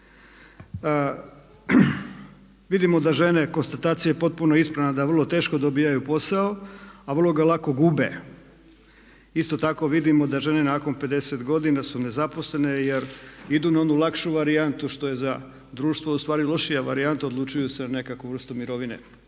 Vidimo da žene, konstatacija je potpuno ispravna, da vrlo teško dobivaju posao, a vrlo ga lako gube. Isto tako vidimo da žene nakon 50 godina su nezaposlene jer idu na onu lakšu varijantu što je za društvo ustvari lošija varijanta, odlučuju se na nekakvu vrstu mirovine.